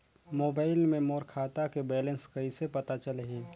Mobile मे मोर खाता के बैलेंस कइसे पता चलही?